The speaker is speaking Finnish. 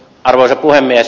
arvoisa puhemies